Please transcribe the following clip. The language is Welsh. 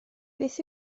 beth